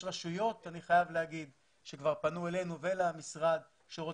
יש רשויות שכבר פנו אלינו ולמשרד והן